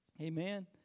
Amen